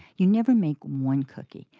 you never make one cookie.